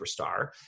superstar